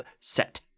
set